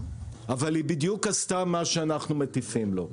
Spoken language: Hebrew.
אבל היא בדיוק עשתה מה שאנחנו מטיפים לו.